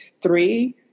three